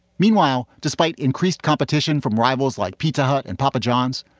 meanwhile, despite increased competition from rivals like pizza hut and papa john's,